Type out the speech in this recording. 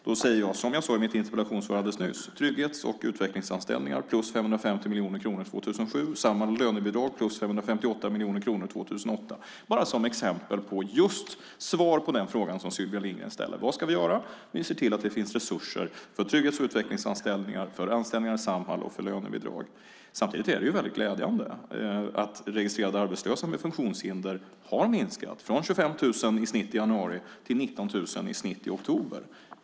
Jag säger som jag sade i mitt interpellationssvar nyss: trygghets och utvecklingsanställningar, plus 550 miljoner kronor 2007 i samband med lönebidrag, plus 558 miljoner kronor 2008. Det är bara som exempel på svar på den fråga som Sylvia Lindgren ställde om vad vi ska göra. Vi ser till att det finns resurser för trygghets och utvecklingsanställningar, för anställningar i Samhall och för lönebidrag. Samtidigt är det glädjande att registrerade arbetslösa med funktionshinder har minskat från 25 000 i snitt i januari till 19 000 i snitt i oktober.